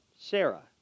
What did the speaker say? Sarah